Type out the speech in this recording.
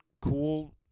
cool